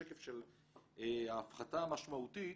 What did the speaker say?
בשקף של ההפחתה המשמעותית,